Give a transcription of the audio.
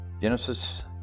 Genesis